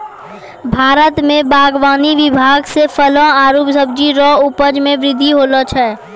भारत मे बागवानी विभाग से फलो आरु सब्जी रो उपज मे बृद्धि होलो छै